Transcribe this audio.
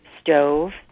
stove